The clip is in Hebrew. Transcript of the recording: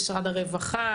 למשרד הרווחה,